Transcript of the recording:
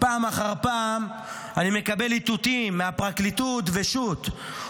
פעם אחר פעם אני מקבל איתותים מהפרקליטות ושות',